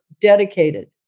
dedicated